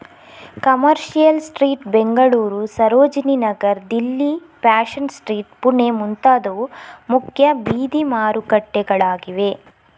commercial Street Bengaluru, Sarojini Nagar Delhi, Fashion Street Pune ಮುಂತಾದವು ಮುಖ್ಯ ಬೀದಿ ಮಾರುಕಟ್ಟೆಗಳಾಗಿವೆ